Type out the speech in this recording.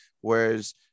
whereas